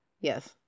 Yes